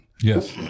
Yes